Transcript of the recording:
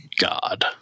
God